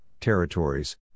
territories